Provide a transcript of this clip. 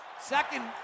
Second